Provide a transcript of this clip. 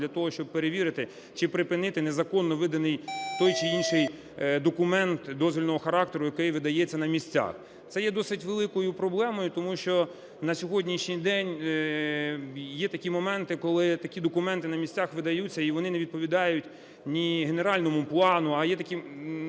для того, щоб перевірити чи припинити незаконно виданий той чи інший документ дозвільного характеру, який видається на місцях. Це є досить великою проблемою, тому що на сьогоднішній день є такі моменти, коли такі документи на місцях видаються і вони не відповідають ні генеральному плану. А є такі